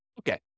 Okay